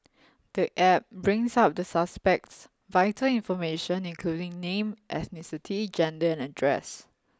the App brings up the suspect's vital information including name ethnicity gender and address